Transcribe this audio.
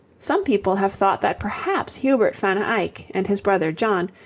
some people have thought that perhaps hubert van eyck, and his brother john,